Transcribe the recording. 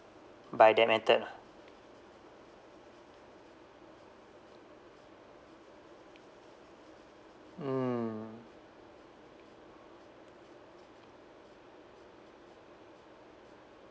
by that method ah mm